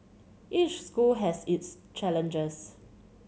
each school has its challenges